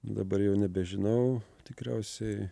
dabar jau nebežinau tikriausiai